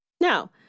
Now